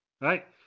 Right